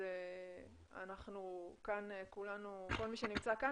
כל מי שנמצא כאן,